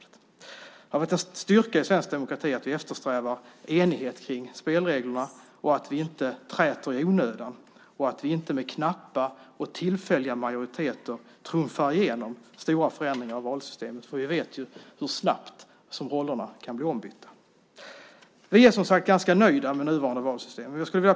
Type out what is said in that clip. Det har varit en styrka i svensk demokrati att eftersträva enighet om spelreglerna, att inte träta i onödan och att inte med knappa och tillfälliga majoriteter trumfa igenom stora förändringar av valsystemet. Vi vet ju hur snabbt det kan bli ombytta roller. Vi är, som sagt, ganska nöjda med det nuvarande valsystemet.